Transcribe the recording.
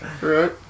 right